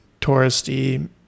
touristy